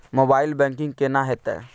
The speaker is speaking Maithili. मोबाइल बैंकिंग केना हेते?